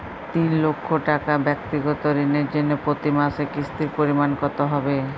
তিন লক্ষ টাকা ব্যাক্তিগত ঋণের জন্য প্রতি মাসে কিস্তির পরিমাণ কত হবে?